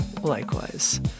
Likewise